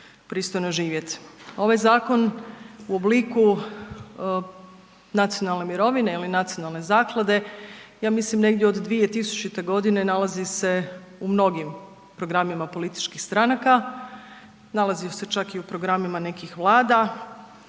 Ovaj zakon u obliku nacionalne mirovine ili nacionalne zaklade, ja mislim negdje od 2000. g. nalazi se u mnogim programima političkih stranaka, nalazio se čak i u programima nekih Vlada